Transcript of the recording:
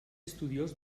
estudiós